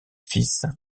fils